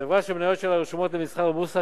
חברה שמניות שלה רשומות למסחר בבורסה